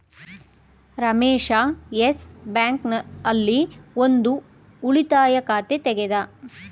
Ramesh Yes Bank ಆಲ್ಲಿ ಒಂದ್ ಉಳಿತಾಯ ಖಾತೆ ತೆಗೆದ